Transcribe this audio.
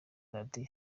radio